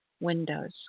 windows